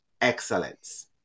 excellence